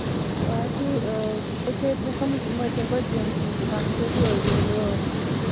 ꯁꯤ ꯄꯣꯠ ꯆꯩ ꯄꯨꯈꯝꯒꯨꯝꯕ ꯇꯦꯡꯀꯣꯠ ꯌꯣꯟꯐꯝ ꯗꯨꯀꯥꯟꯗꯨ ꯁꯤ ꯑꯣꯏꯕꯤꯔꯕ꯭ꯔꯣ